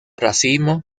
racimo